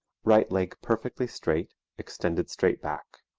right leg perfectly straight, extended straight back.